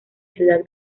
ciudad